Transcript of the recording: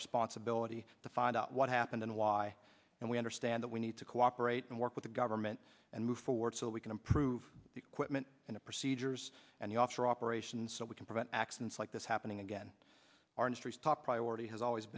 responsibility to find out what happened and why and we understand that we need to cooperate and work with the government and move forward so we can improve the equipment in a procedures and the offshore operations so we can prevent accidents like this happening again our industries top priority has always